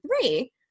three